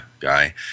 guy